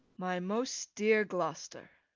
my most dear gloster.